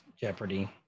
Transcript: Jeopardy